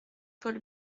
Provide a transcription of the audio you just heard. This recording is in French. paul